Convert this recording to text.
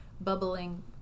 bubbling